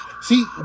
See